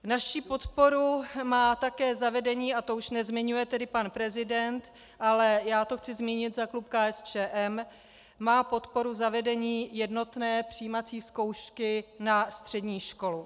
Naši podporu má také zavedení a to už nezmiňuje pan prezident, ale já to chci zmínit za klub KSČM má podporu zavedení jednotné přijímací zkoušky na střední školu.